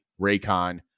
Raycon